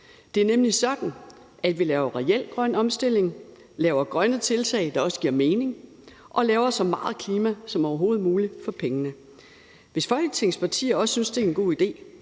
Det er nemlig sådan, vi laver reel grøn omstilling, laver grønne tiltag, der også giver mening, og gør så meget for klimaet som overhovedet muligt for pengene. Hvis Folketingets partier også synes, det er en god idé,